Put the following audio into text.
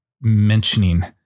mentioning